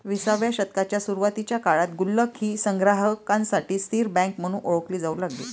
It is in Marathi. विसाव्या शतकाच्या सुरुवातीच्या काळात गुल्लक ही संग्राहकांसाठी स्थिर बँक म्हणून ओळखली जाऊ लागली